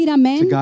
amen